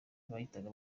bahitaga